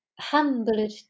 humbled